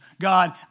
God